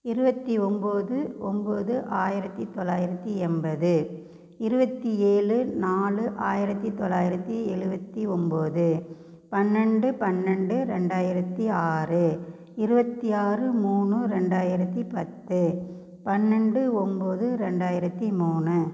இருபத்தி ஒம்பது ஒம்பது ஆயிரத்து தொள்ளாயிரத்து எண்பது இருபத்தி ஏழு நாலு ஆயிரத்து தொள்ளாயிரத்து எழுவத்தி ஒம்பது பன்னெண்டு பன்னெண்டு ரெண்டாயிரத்து ஆறு இருபத்தி ஆறு மூணு ரெண்டாயிரத்து பத்து பன்னெண்டு ஒம்பது ரெண்டாயிரத்து மூணு